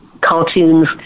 cartoons